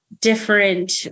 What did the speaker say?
different